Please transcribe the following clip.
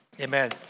amen